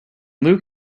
luke